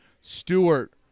Stewart